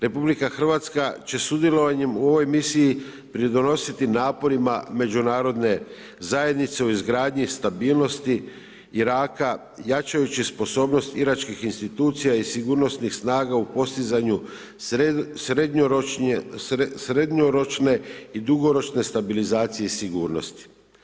RH će sudjelovanjem u ovoj misiji pridonositi naporima međunarodne zajednice u izgradnji stabilnosti Iraka, jačajući sposobnost iračkih institucija i sigurnosnih snaga u postizanju srednjoročne i dugoročne stabilizacije i sigurnosti.